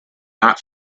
not